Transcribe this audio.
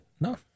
No